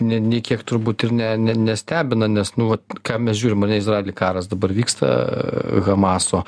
ne nė kiek turbūt ir ne ne nestebina nes nu vat ką mes žiūrim ane izraely karas dabar vyksta hamaso